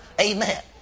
Amen